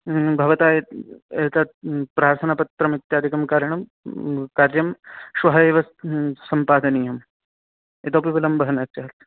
भवता यत् एतत् प्रार्थनापत्रमित्यादिकं करणं कार्यं श्वः एव सम्पादनीयम् इतोपि विलम्बः न स्यात्